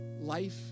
Life